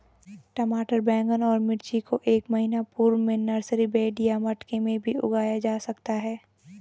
टमाटर बैगन और मिर्ची को एक महीना पूर्व में नर्सरी बेड या मटके भी में उगाया जा सकता है